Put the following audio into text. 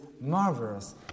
marvelous